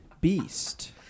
Beast